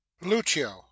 lucio